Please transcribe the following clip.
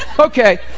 Okay